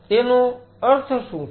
તેનો અર્થ શું છે